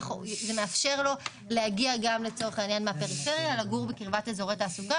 זה מאפשר לו להגיע גם לצורך העניין מהפריפריה ולגור בקרבת אזורי תעסוקה,